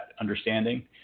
understanding